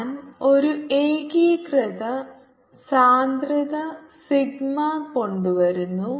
ഞാൻ ഒരു ഏകീകൃത സാന്ദ്രത സിഗ്മ കൊണ്ടുവരുന്നു